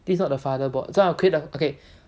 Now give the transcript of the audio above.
this is not the father board so I'll create the okay